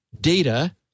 data